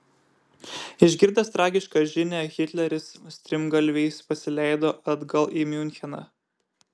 išgirdęs tragišką žinią hitleris strimgalviais pasileido atgal į miuncheną